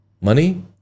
money